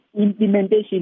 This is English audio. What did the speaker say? implementation